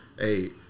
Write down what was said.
Hey